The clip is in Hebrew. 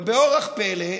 אבל באורח פלא,